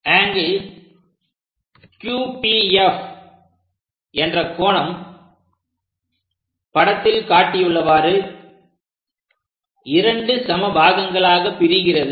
∠Q P F என்ற கோணம் படத்தில் காட்டியுள்ளவாறு இரண்டு சம பாகங்களாக பிரிகிறது